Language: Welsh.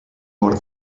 mor